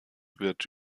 wird